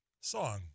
song